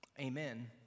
Amen